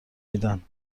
میدن